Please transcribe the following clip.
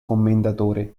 commendatore